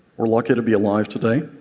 we're lucky to be alive today.